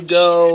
go